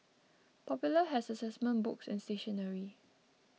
popular has assessment books and stationery